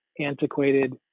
antiquated